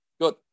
Good